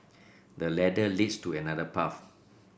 the ladder leads to another path